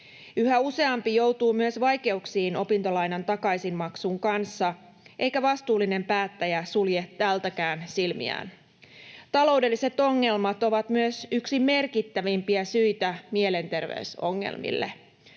Yhä useampi joutuu myös vaikeuksiin opintolainan takaisinmaksun kanssa, eikä vastuullinen päättäjä sulje tältäkään silmiään. Taloudelliset ongelmat ovat myös yksi merkittävimpiä syitä mielenterveysongelmille.